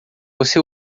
você